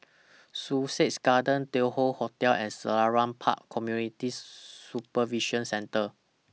Sussex Garden Tai Hoe Hotel and Selarang Park Community Supervision Centre